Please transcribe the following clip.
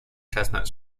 chestnut